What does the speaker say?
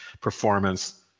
performance